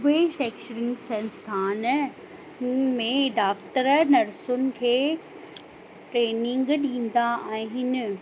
उहे शैक्षणिक संस्थान हुन में डॉक्टर नर्सुनि खे ट्रेनिंग ॾींदा आहिनि